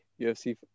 UFC